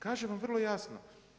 Kaže vam vrlo jasno.